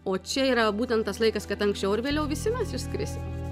o čia yra būtent tas laikas kad anksčiau ar vėliau visi mes išskrisim